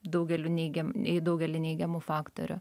daugeliu neigiam į daugelį neigiamų faktorių